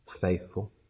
faithful